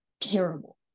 terrible